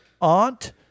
aunt